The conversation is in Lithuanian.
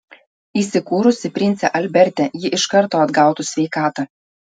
įsikūrusi prince alberte ji iš karto atgautų sveikatą